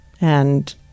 and-